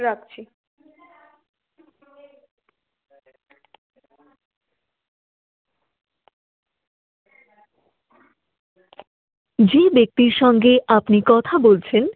রাখছি